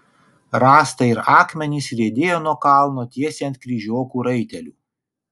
rąstai ir akmenys riedėjo nuo kalno tiesiai ant kryžiokų raitelių